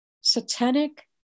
satanic